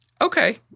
Okay